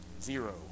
zero